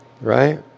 right